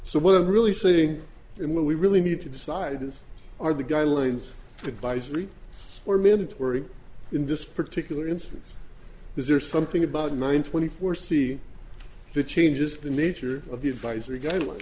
so what i'm really saying and what we really need to decide is are the guidelines advisory or mandatory in this particular instance is there something about nine twenty four see the changes the nature of the advisory gu